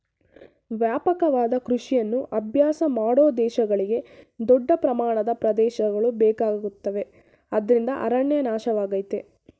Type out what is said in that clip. ವ್ಯಾಪಕವಾದ ಕೃಷಿಯನ್ನು ಅಭ್ಯಾಸ ಮಾಡೋ ದೇಶಗಳಿಗೆ ದೊಡ್ಡ ಪ್ರಮಾಣದ ಪ್ರದೇಶಗಳು ಬೇಕಾಗುತ್ತವೆ ಅದ್ರಿಂದ ಅರಣ್ಯ ನಾಶವಾಗಯ್ತೆ